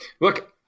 Look